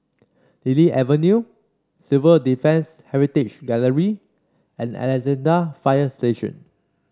Lily Avenue Civil Defence Heritage Gallery and Alexandra Fire Station